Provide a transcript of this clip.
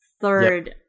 third